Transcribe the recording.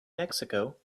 mexico